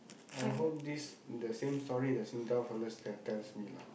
I hope this the same story the Singtel fella t~ tells me lah